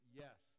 yes